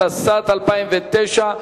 התשס"ט 2009,